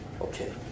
Okay